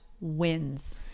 wins